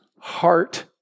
heart